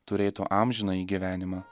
turėtų amžinąjį gyvenimą